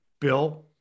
Bill